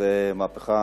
שזו באמת מהפכה